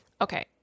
Okay